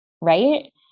right